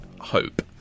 hope